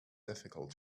difficult